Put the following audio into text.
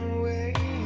way